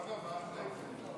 נאוה, מה אחרי זה?